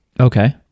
Okay